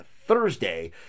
Thursday